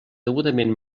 degudament